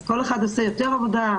אז כל אחד עושה יותר עבודה,